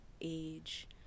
age